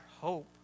hope